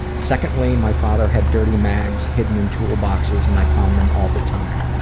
secondly, my father had dirty mags hidden in toolboxes and i found them all the time.